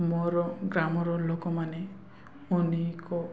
ମୋର ଗ୍ରାମର ଲୋକମାନେ ଅନେକ